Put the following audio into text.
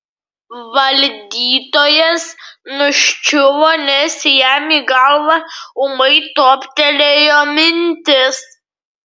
valdytojas nuščiuvo nes jam į galvą ūmai toptelėjo mintis